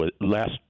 last